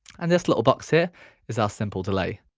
and this little box here is our simple delay.